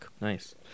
nice